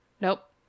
Nope